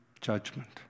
judgment